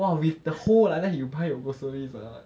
!wah! with the whole like that you buy your groceries ah